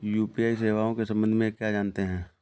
UPI सेवाओं के संबंध में क्या जानते हैं?